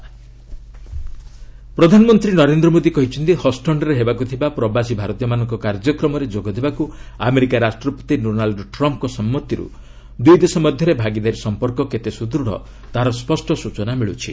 Modi Trump ପ୍ରଧାନମନ୍ତ୍ରୀ ନରେନ୍ଦ୍ର ମୋଦି କହିଛନ୍ତି ହଷ୍ଟନ୍ରେ ହେବାକୃ ଥିବା ପ୍ରବାସୀ ଭାରତୀୟମାନଙ୍କ କାର୍ଯ୍ୟକ୍ରମରେ ଯୋଗ ଦେବାକୁ ଆମେରିକା ରାଷ୍ଟ୍ରପତି ଡୋନାଲ୍ଡ୍ ଟ୍ରମ୍ପ୍ଙ୍କ ସମ୍ମତିରୁ ଦୁଇ ଦେଶ ମଧ୍ୟରେ ଭାଗିଦାରୀ ସମ୍ପର୍କ କେତେ ସୁଦୃଢ଼ ତାହାର ସ୍ୱଷ୍ଟ ସ୍ୱଚନା ମିଳୁଛି